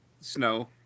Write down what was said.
snow